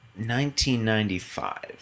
1995